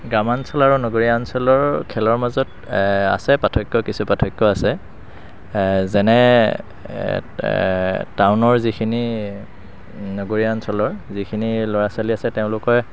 গ্ৰামাঞ্চলৰ আৰু নগৰীয়া অঞ্চলৰ খেলৰ মাজত আছে পাৰ্থক্য কিছু পাৰ্থক্য আছে যেনে টাউনৰ যিখিনি নগৰীয়া অঞ্চলৰ যিখিনি ল'ৰা ছোৱালী আছে তেওঁলোকে